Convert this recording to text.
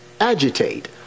agitate